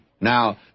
Now